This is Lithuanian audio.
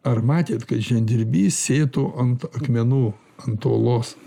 ar matėt kai žemdirbys sėdėtų ant akmenų ant uolos